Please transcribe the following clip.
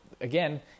again